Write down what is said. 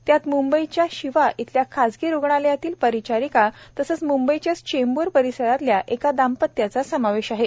त्यात मुंबईच्या शीव इथल्या खाजगी रुग्णालयातली परिचारिका तसंच मुंबईतल्याच चेंबूर परिसरातल्या एका दाम्पत्याचा समावेश आहे